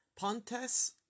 Pontes